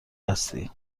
هستی